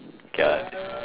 ya